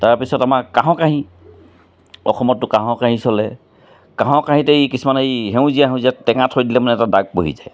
তাৰপিছত আমাৰ কাঁহৰ কাঁহী অসমততো কাঁহৰ কাঁহী চলে কাঁহৰ কাঁহীত এই কিছুমানে এই সেউজীয়া সেউজীয়া টেঙা থৈ দিলে মানে এটা দাগ বহি যায়